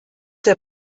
der